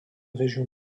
région